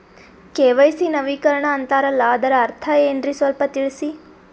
KYC ನವೀಕರಣ ಅಂತಾರಲ್ಲ ಅದರ ಅರ್ಥ ಏನ್ರಿ ಸ್ವಲ್ಪ ತಿಳಸಿ?